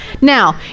Now